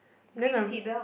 then the